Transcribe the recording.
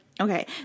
Okay